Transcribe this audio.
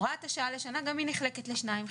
הוראת השעה לשנה, גם היא נחלקת לשניים.